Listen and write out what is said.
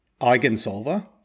eigensolver